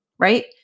right